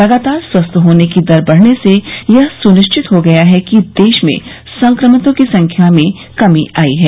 लगातार स्वस्थ होने की दर बढ़ने से यह सुनिश्चित हो गया है कि देश में संक्रमितों की संख्या में कमी आई है